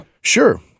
Sure